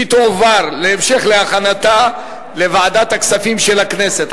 היא תועבר להמשך להכנתה לוועדת הכספים של הכנסת.